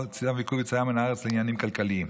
צו עיכוב יציאה מהארץ לעניינים כלכליים,